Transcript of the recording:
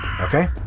Okay